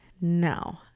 No